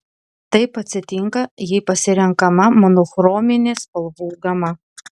taip atsitinka jei pasirenkama monochrominė spalvų gama